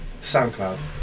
SoundCloud